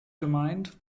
gemeint